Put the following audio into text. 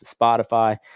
Spotify